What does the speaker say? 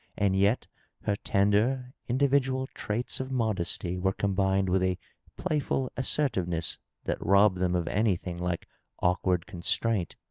and yet her tender individual traits of modesty were combined with a playful assertiveness that robbed them of anything like awkward con straint.